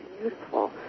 Beautiful